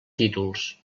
títols